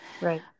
Right